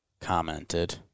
commented